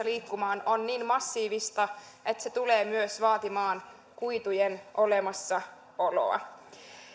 liikkumaan on niin massiivista että se tulee myös vaatimaan kuitujen olemassaoloa